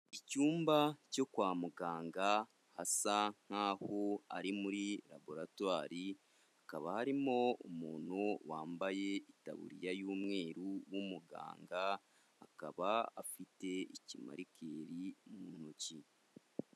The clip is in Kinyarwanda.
Icyumba cyo kwa muganga hasa nkaho ari muri laboratwari hakaba harimo umuntu wambaye itaburiya y'umweru w'umuganga akaba afite ikimarikeriri mu ntoki.